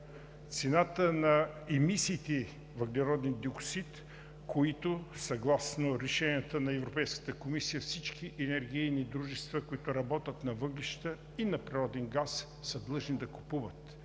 цената на емисиите въглероден диоксид, които съгласно решенията на Европейската комисия всички енергийни дружества, работещи на въглища и на природен газ, са длъжни да купуват